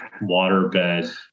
waterbed